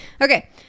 Okay